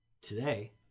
today